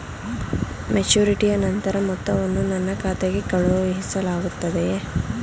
ಮೆಚುರಿಟಿಯ ನಂತರ ಮೊತ್ತವನ್ನು ನನ್ನ ಖಾತೆಗೆ ಕಳುಹಿಸಲಾಗುತ್ತದೆಯೇ?